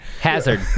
Hazard